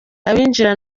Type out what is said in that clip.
abinjira